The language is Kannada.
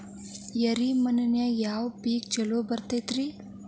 ಎರೆ ಮಣ್ಣಿನಲ್ಲಿ ಯಾವ ಪೇಕ್ ಛಲೋ ಬರತೈತ್ರಿ?